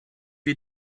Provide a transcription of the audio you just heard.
you